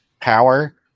power